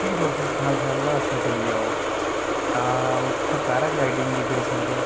फ्ही तुस सनासर आह्ले पास्सै चली जाओ तां उत्थै पैराग्लाइडिंग बी करी सकदे